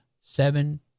seven